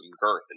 girth